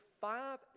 five